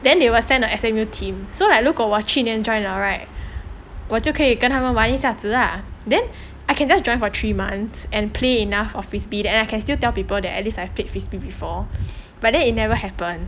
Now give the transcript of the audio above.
then they will send a S_M_U team so like 如果我去年 join 了 right 我就可以跟他们玩一下子 lah then I can just join for three months and play enough of frisbee and I can still tell people that at least I've played frisbee before but then it never happened